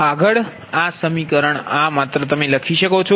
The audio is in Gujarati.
આગળ આ સમીકરણ આ માત્ર તમે તે લખી શકો છો